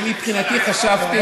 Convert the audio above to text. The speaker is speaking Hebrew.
אני מבחינתי חשבתי,